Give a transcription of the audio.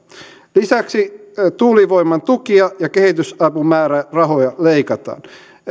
lisäksi tuulivoiman tukia ja kehitysapumäärärahoja leikataan